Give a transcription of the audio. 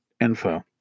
info